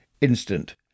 instant